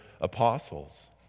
apostles